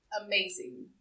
Amazing